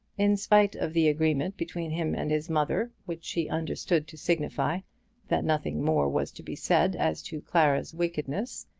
in spite of the agreement between him and his mother, which he understood to signify that nothing more was to be said as to clara's wickedness,